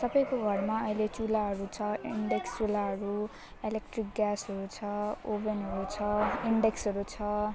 सबैको घरमा अहिले चुलाहरू छ इन्डक्सन चुलाहरू इलेक्ट्रिक ग्यासहरू छ ओभनहरू छ इन्डक्सनहरू छ